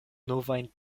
novajn